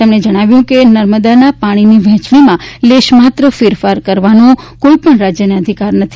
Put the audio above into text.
તેમણે જણાવ્યું છે કે નર્મદાના પાણીની વહેંચણીમાં લેશ માત્ર ફેરફાર કરવાનો કોઈપણ રાજ્યને અધિકાર નથી